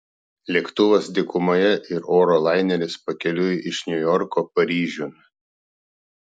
lėktuvas dykumoje ir oro laineris pakeliui iš niujorko paryžiun